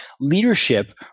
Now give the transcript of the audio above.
Leadership